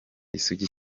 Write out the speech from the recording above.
isugi